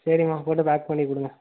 சரிம்மா போட்டு பேக் பண்ணிக் கொடுங்க